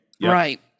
right